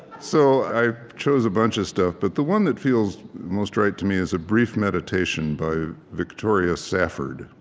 so, i chose a bunch of stuff, but the one that feels most right to me is a brief meditation by victoria safford.